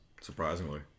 Surprisingly